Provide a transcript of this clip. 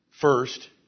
First